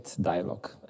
dialogue